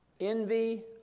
Envy